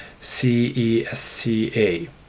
CESCA